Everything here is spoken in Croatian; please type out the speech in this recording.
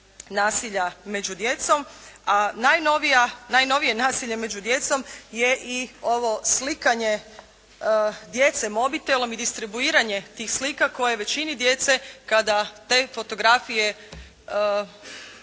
nasilja među djecom, a najnovije nasilje među djecom je i ovo slikanje djece mobitelom i distribuiranje tih slika koje većini djece kada te fotografije